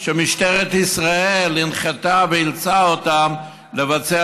שמשטרת ישראל הנחתה ואילצה אותם לבצע